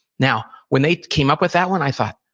now, when they came up with that one, i thought,